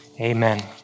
amen